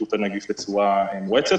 להתפשטות הנגיף בצורה מואצת.